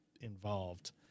involved